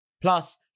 Plus